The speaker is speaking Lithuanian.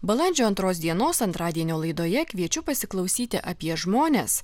balandžio antros dienos antradienio laidoje kviečiu pasiklausyti apie žmones